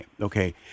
okay